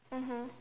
mmhmm